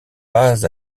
pas